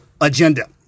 agenda